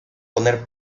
poner